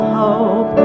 hope